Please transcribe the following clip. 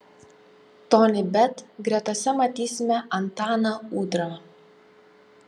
tonybet gretose matysime antaną udrą